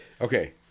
Okay